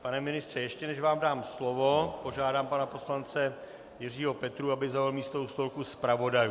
Pane ministře, ještě než vám dám slovo, požádám pana poslance Jiřího Petrů, aby zaujal místo u stolku zpravodajů.